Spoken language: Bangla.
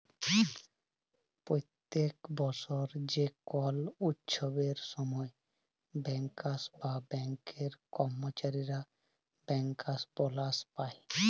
প্যত্তেক বসর যে কল উচ্ছবের সময় ব্যাংকার্স বা ব্যাংকের কম্মচারীরা ব্যাংকার্স বলাস পায়